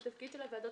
בתפקיד של הוועדות